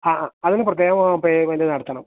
ആ ആ അതിനു പ്രത്യേകം പേയ്മെൻ്റ് നടത്തണം